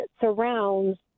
surrounds